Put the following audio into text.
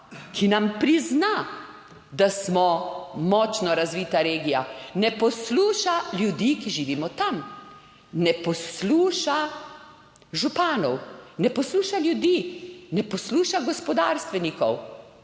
ki nam prizna, da smo močno razvita regija, ne posluša ljudi, ki živimo tam. Ne posluša županov, ne posluša ljudi, ne posluša gospodarstvenikov.